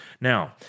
Now